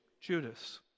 Judas